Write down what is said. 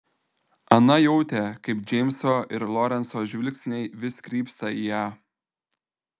ana jautė kaip džeimso ir lorenco žvilgsniai vis krypsta į ją